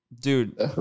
dude